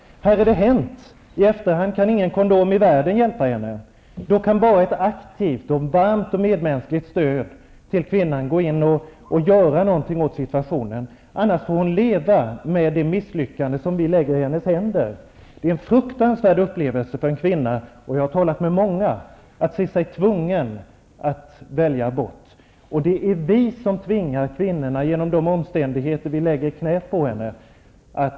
I efterhand kan ingen kondom i världen hjälpa henne. Då kan bara ett aktivt, varmt och medmänskligt stöd till kvinnan hjälpa i situationen. Annars får hon leva med det misslyckande som vi lägger i hennes händer. Det är en fruktansvärd upplevelse för en kvinna -- jag har talat med många -- att se sig tvungen att välja abort. Det är vi som tvingar kvinnan till att begå abort genom de omständigheter vi lägger i knäet på henne.